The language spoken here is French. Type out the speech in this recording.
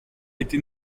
été